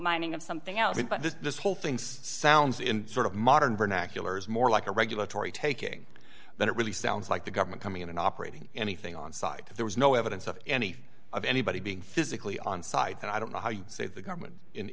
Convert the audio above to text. mining of something else but this this whole thing sounds in sort of modern vernacular is more like a regulatory taking than it really sounds like the government coming in and operating anything on side there was no evidence of any of anybody being physically on site and i don't know how you say the government in